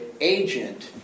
agent